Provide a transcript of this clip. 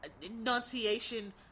enunciation